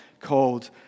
called